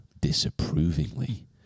disapprovingly